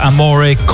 Amore